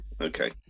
Okay